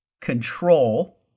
control